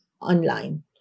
online